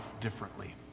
differently